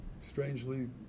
Strangely